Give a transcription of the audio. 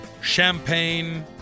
champagne